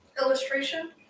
illustration